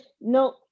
No